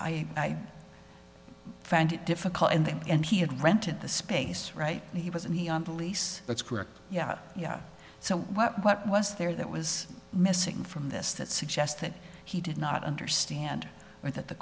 i found it difficult and he had rented the space right he was and he on the lease that's correct yeah yeah so what what was there that was missing from this that suggests that he did not understand that the